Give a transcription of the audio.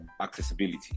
accessibility